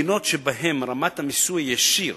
בין המדינות שבהן רמת המיסוי הישיר